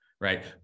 right